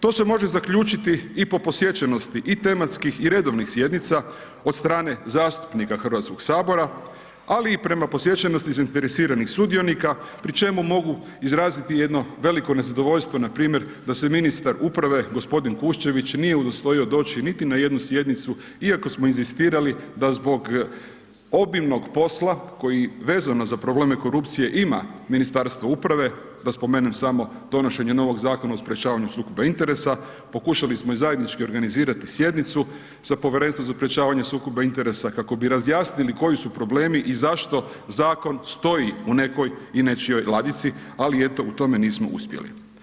To se može zaključiti i po posjećenosti i tematskih i redovnih sjednica, od strane zastupnika HS-a, ali i prema posjećenosti zainteresiranih sudionika pri čemu mogu izraziti jedno veliko nezadovoljstvo npr. da se ministar uprave, g. Kuščević nije udostojao doći niti na jednu sjednicu iako smo inzistirali da zbog obimnog posla, koje vezano za probleme korupcije ima Ministarstvo uprave, da spomenem samo donošenje novog Zakona o sprečavanju sukoba interesa, pokušali smo i zajednički organizirati sjednicu sa Povjerenstvom za sprečavanje sukoba interesa kako bi razjasnili koji su problemi i zašto zakon stoji u nekoj i nečijoj ladici, ali eto, u tome nismo uspjeli.